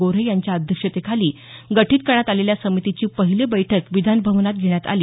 गोऱ्हे यांच्या अध्यक्षतेखाली गठित करण्यात आलेल्या समितीची पहिली बैठक विधानभवनात घेण्यात आली